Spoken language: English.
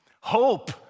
Hope